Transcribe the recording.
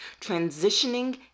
transitioning